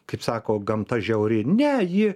kaip sako gamta žiauri ne ji